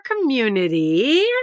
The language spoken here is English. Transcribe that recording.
community